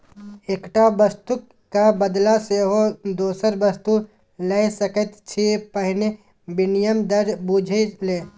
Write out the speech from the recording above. एकटा वस्तुक क बदला सेहो दोसर वस्तु लए सकैत छी पहिने विनिमय दर बुझि ले